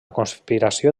conspiració